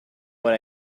what